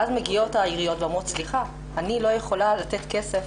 ואז אומרות העיריות: אני לא יכולה לתת כסף,